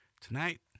Tonight